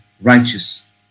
righteous